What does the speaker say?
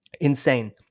Insane